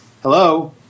Hello